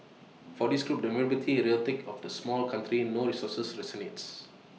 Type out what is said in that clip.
for this group the vulnerability rhetoric of small country no resources resonates